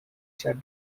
shut